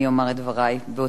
כי אני אחת המציעות